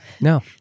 No